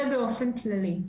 זה באופן כללי.